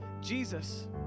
Jesus